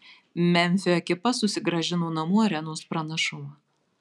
memfio ekipa susigrąžino namų arenos pranašumą